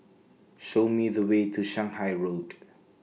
Show Me The Way to Shanghai Road